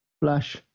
Flash